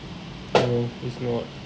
no it's not